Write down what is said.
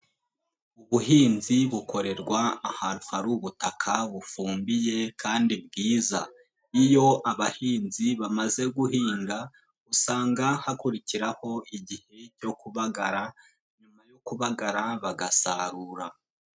Ubuhinzi bukorerwa ahantu hari ubutaka bufumbiye kandi bwiza. Iyo abahinzi bamaze guhinga usanga hakurikiraho igihe cyo kubagara. Nyuma yo kubagara bagasarura.